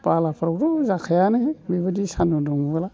बालाफ्रावथ' जाखायानो बेबायदि सान्दुं दुंबोला